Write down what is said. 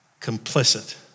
Complicit